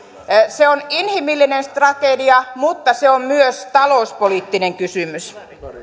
se on inhimillinen tragedia mutta se on myös talouspoliittinen kysymys arvoisa herra